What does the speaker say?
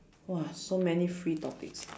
!wah! so many free topics